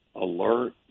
alert